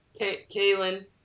Kaylin